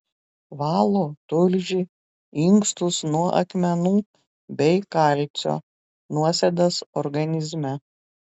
valo tulžį inkstus nuo akmenų bei kalcio nuosėdas organizme